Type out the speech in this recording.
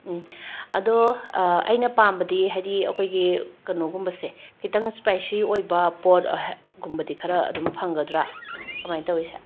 ꯑꯗꯣ ꯑꯩꯅ ꯄꯥꯝꯕꯗꯤ ꯍꯥꯏꯗꯤ ꯑꯩꯈꯣꯏꯒꯤ ꯀꯩꯅꯣꯒꯨꯝꯕꯁꯦ ꯈꯤꯇꯪ ꯁ꯭ꯄꯥꯏꯁꯤ ꯑꯣꯏꯕ ꯄꯣꯠ ꯀꯨꯝꯕꯗꯤ ꯈꯔ ꯑꯗꯨꯝ ꯐꯪꯒꯗ꯭ꯔ ꯀꯃꯥꯏꯅ ꯇꯧꯏ ꯁꯦ